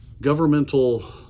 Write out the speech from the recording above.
governmental